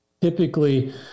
typically